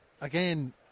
again